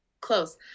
Close